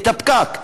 את הפקק,